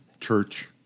church